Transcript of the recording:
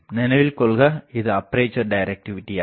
நினைவில் கொள்க இது அப்பேசர் டிரக்டிவிடி ஆகும்